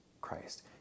Christ